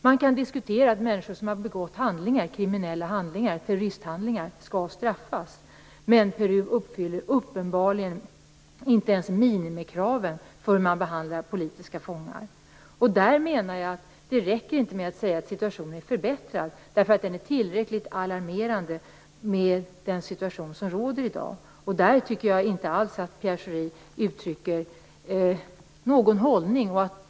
Man kan diskutera att människor som har begått kriminella handlingar och terroristhandlingar skall straffas, men Peru uppfyller uppenbarligen inte ens minimikraven för hur man behandlar politiska fångar. Jag menar att det inte räcker med att säga att situationen är förbättrad. Den situation som råder i dag är tillräckligt alarmerande. Jag tycker inte alls att Pierre Schori uttrycker någon hållning.